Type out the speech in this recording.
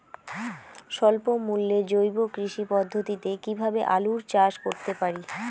স্বল্প মূল্যে জৈব কৃষি পদ্ধতিতে কীভাবে আলুর চাষ করতে পারি?